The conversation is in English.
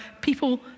people